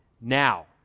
now